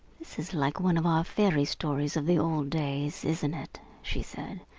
this is like one of our fairy stories of the old days, isn't it? she said.